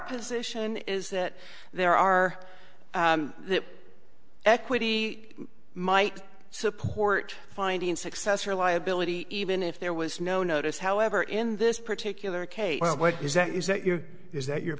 position is that there are equity might support finding success or liability even if there was no notice however in this particular case what is that is that your is that your